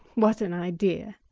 what an idea!